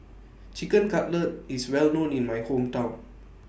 Chicken Cutlet IS Well known in My Hometown